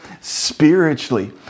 spiritually